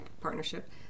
partnership